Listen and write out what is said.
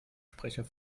sprecher